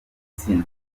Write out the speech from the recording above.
insina